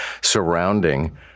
surrounding